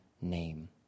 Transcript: name